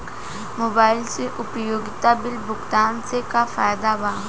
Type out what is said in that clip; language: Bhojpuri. मोबाइल से उपयोगिता बिल भुगतान से का फायदा बा?